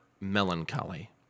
melancholy